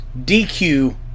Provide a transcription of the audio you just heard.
DQ